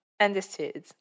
Understood